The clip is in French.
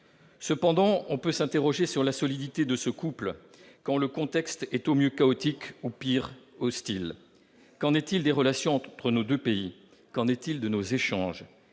Cependant, on peut s'interroger sur la solidité de ce couple franco-allemand quand le contexte est au mieux chaotique, au pire hostile. Qu'en est-il des relations entre nos deux pays ? Qu'en est-il de leurs échanges ?